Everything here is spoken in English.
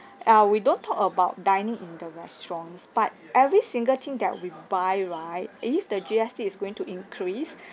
uh we don't talk about dining in the restaurants but every single thing that we buy right if the G_S_T is going to increase